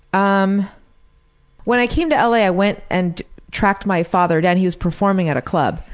um when i came to la i went and tracked my father down, he was performing at a club,